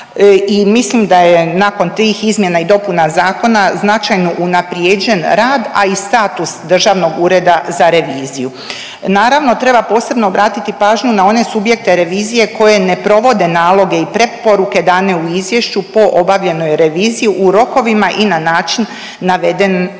i mislim nakon tih izmjena i dopuna zakona značajno unaprijeđen rad, a i status Državnog ureda za reviziju. Naravno treba posebno obratiti pažnju na one subjekte revizije koje ne provode naloge i preporuke dane u izvješću po obavljenoj reviziji u rokovima i na način naveden u